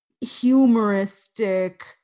humoristic